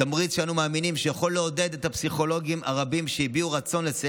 ואז אנחנו שומעים על רופא בבית חולים שמסייע להחזקת